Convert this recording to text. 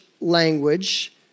language